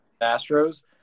Astros